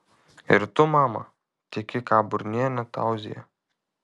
ir tu mama tiki ką burnienė tauzija